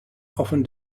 often